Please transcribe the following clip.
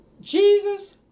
Jesus